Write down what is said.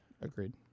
Agreed